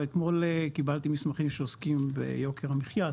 אתמול קיבלתי מסמכים שעוסקים ביוקר המחיה.